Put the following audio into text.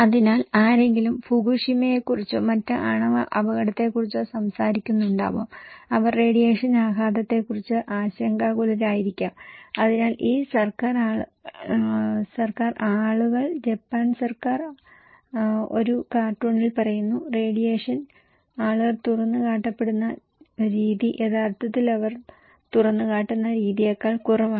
അതിനാൽ ആരെങ്കിലും ഫുകുഷിമയെക്കുറിച്ചോ മറ്റ് ആണവ അപകടത്തെക്കുറിച്ചോ സംസാരിക്കുന്നുണ്ടാകാം അവർ റേഡിയേഷൻ ആഘാതത്തെക്കുറിച്ച് ആശങ്കാകുലരായിരിക്കാം അതിനാൽ ഈ സർക്കാർ ആളുകൾ ജപ്പാൻ സർക്കാർ ആളുകൾ ഒരു കാർട്ടൂണിൽ പറയുന്നു റേഡിയേഷൻ ആളുകൾ തുറന്നുകാട്ടപ്പെടുന്ന രീതി യഥാർത്ഥത്തിൽ അവർ തുറന്നുകാട്ടുന്ന രീതിയെക്കാൾ കുറവാണ്